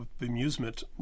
amusement